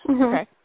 Okay